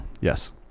Yes